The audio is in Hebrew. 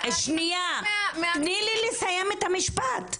תני לי לסיים את המשפט.